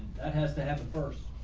that has to happen first.